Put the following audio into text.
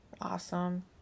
Awesome